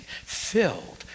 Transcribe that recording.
filled